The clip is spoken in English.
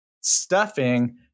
stuffing